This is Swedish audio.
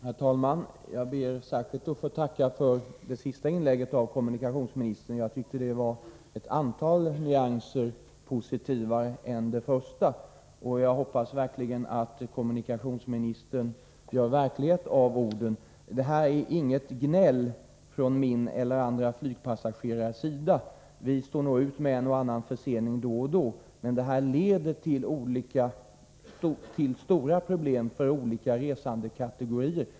Herr talman! Jag ber att särskilt få tacka för det sista inlägget av kommunikationsministern. Det var flera nyanser positivare än hans första. Jag hoppas nu att kommunikationsministern gör verklighet av orden. Det jag framfört är inget gnäll från min eller andra flygpassagerares sida. Vi kan stå ut med en och annan försening då och då. Men den nuvarande tidtabellshållningen leder till stora problem för olika resandekategorier.